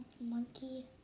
monkey